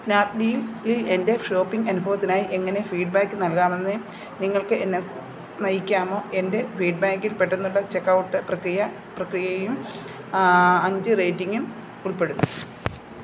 സ്നാപ്ഡീലിൽ എൻ്റെ ഷോപ്പിംഗ് അനുഭവത്തിനായി എങ്ങനെ ഫീഡ്ബാക്ക് നൽകാമെന്ന് നിങ്ങൾക്ക് എന്നെ സ് നയിക്കാമോ എൻ്റെ ഫീഡ്ബാക്കിൽ പെട്ടെന്നുള്ള ചെക്ക് ഔട്ട് പ്രക്രിയ പ്രക്രിയയും അഞ്ച് റേറ്റിംഗും ഉൾപ്പെടുന്നു